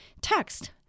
text